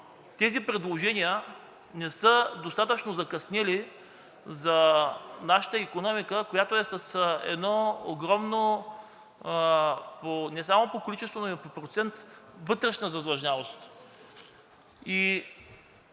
тези предложения не са достатъчно закъснели за нашата икономика, която е с едно огромно не само по количество, но и по процент вътрешна задлъжнялост